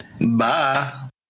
Bye